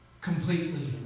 completely